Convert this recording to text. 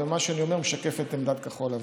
ומה שאני אומר משקף את עמדת כחול לבן.